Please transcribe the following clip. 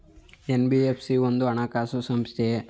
NBFC ಒಂದು ಹಣಕಾಸು ಸಂಸ್ಥೆಯೇ?